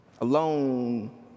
Alone